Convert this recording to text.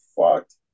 fucked